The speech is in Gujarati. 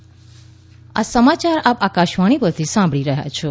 કોરોના અપીલ આ સમાચાર આપ આકાશવાણી પરથી સાંભળી રહ્યા છો